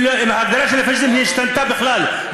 כי ההגדרה של פאשיזם השתנתה בכלל,